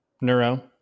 Neuro